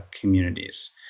communities